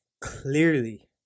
clearly